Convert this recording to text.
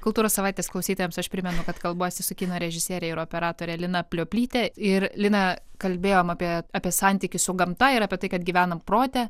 kultūros savaitės klausytojams aš primenu kad kalbuosi su kino režisiere ir operatore lina plioplytė ir lina kalbėjom apie apie santykį su gamta ir apie tai kad gyvenam prote